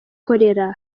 cholera